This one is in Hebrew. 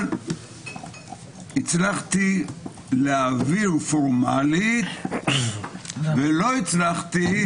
אבל הצלחתי להעביר פורמלית ולא הצלחתי